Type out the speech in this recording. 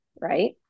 right